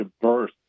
diverse